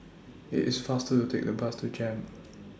IT IS faster to Take The Bus to Jem